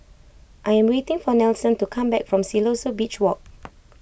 I am waiting for Nelson to come back from Siloso Beach Walk